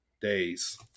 days